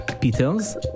Peters